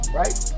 right